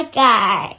guy